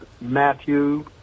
Matthew